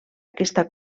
aquesta